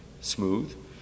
smooth